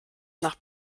nach